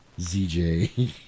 ZJ